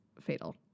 fatal